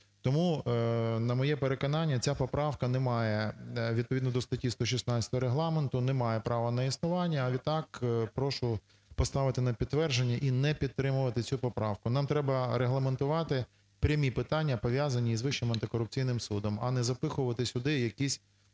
Тому, на моє переконання, ця поправка не має, відповідно до статті 116 Регламенту, не має права на існування. А відтак, прошу поставити на підтвердження і не підтримувати цю поправку. Нам треба регламентувати прямі питання пов'язані із Вищим антикорупційним судом, а не запихувати сюди якісь